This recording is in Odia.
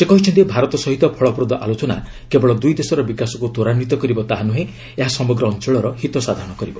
ସେ କହିଛନ୍ତି ଭାରତ ସହିତ ଫଳପ୍ରଦ ଆଲୋଚନା କେବଳ ଦୁଇ ଦେଶର ବିକାଶକୁ ତ୍ୱରାନ୍ୱିତ କରିବ ତାହା ନୁହେଁ ଏହା ସମଗ୍ର ଅଞ୍ଚଳର ହିତ ସାଧନ କରିବ